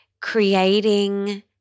creating